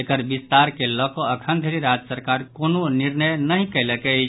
एकर विस्तार के लऽ कऽ अखन धरि राज्य सरकार कोनो निर्णय नहि कयलक अछि